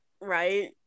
right